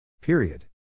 Period